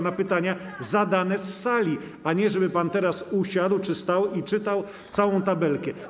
na pytania zadane z sali, a nie żeby pan teraz usiadł czy stał i czytał całą tabelkę.